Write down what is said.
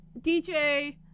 DJ